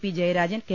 P Jayarajan K